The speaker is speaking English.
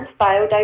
biodiversity